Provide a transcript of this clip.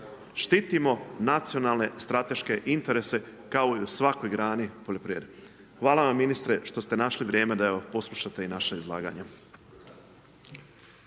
štitimo nacionalne strateške interese kao i u svakoj grani poljoprivrede. Hvala vam ministre što ste našli vrijeme da evo poslušate i naša izlaganja.